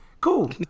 Cool